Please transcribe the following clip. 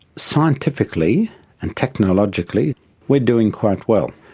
scientifically and technologically we're doing quite well.